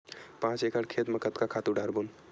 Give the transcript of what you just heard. पांच एकड़ खेत म कतका खातु डारबोन?